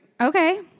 Okay